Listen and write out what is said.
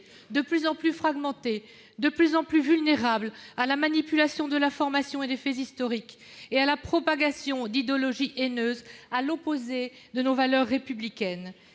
de plus en plus fragmentée, de plus en plus vulnérable à la manipulation de l'information et des faits historiques ainsi qu'à la propagation d'idéologies haineuses, à l'opposé de nos valeurs républicaines.